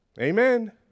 Amen